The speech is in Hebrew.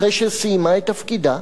אחרי שסיימה את תפקידה.